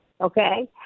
Okay